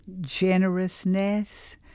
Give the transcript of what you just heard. Generousness